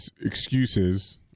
excuses